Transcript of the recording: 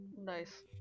Nice